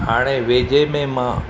हाणे वेझे में मां